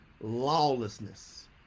lawlessness